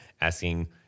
asking